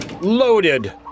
Loaded